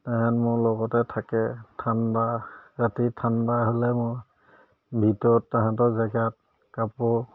তেহেঁত মোৰ লগতে থাকে ঠাণ্ডা ৰাতি ঠাণ্ডা হ'লে মোৰ ভিতৰত তাহাঁতৰ জেকেট কাপোৰ